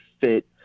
fit